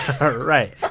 Right